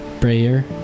prayer